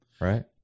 Right